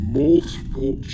multiple